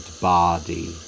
body